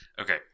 Okay